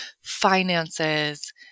finances